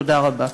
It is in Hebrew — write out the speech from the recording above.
תודה רבה.